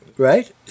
Right